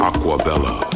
Aquabella